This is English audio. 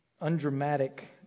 undramatic